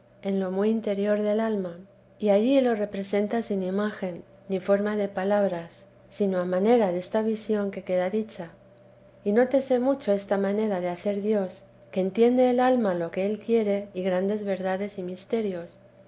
en lo muy interior del alma y allí lo representa sin imagen ni forma de palabras sino a manera desta visión que queda dicha y nótese mucho esta manera de hacer dios que entiende el alma lo que él quiere y grandes verdades y misterios